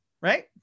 right